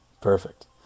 Perfect